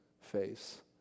face